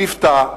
ליפתא,